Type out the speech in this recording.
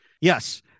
Yes